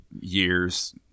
years